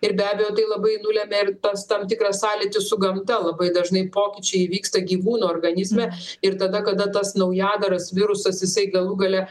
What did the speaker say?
ir be abejo tai labai nulemia ir tas tam tikras sąlytis su gamta labai dažnai pokyčiai vyksta gyvūno organizme ir tada kada tas naujadaras virusas jisai galų gale